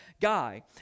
guy